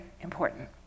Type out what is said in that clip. important